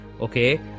Okay